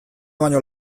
baino